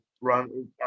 run